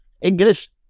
English